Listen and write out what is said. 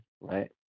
right